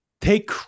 take